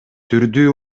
түрдүү